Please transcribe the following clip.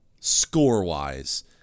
score-wise